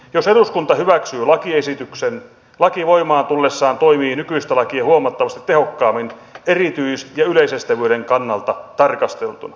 jos eduskunta hyväksyy lakiesityksen laki voimaan tullessaan toimii nykyistä lakia huomattavasti tehokkaammin erityis ja yleisestävyyden kannalta tarkasteltuna